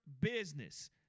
business